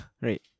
Right